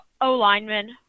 O-lineman